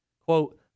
quote